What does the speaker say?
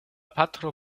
patro